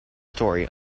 story